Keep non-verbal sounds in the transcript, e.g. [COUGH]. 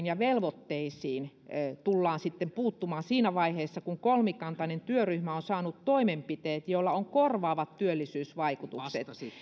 [UNINTELLIGIBLE] ja velvoitteisiin tullaan puuttumaan siinä vaiheessa kun kolmikantainen työryhmä on saanut toimenpiteet joilla on korvaavat työllisyysvaikutukset